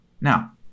Now